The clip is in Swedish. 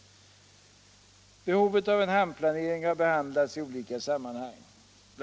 Behovet av en hamnplanering har behandlats i olika sammanhang. Bl.